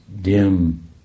dim